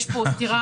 יש פה סתירה.